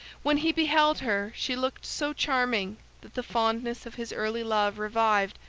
when he beheld her she looked so charming that the fondness of his early love revived,